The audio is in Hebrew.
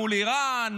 מול איראן,